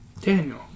Daniel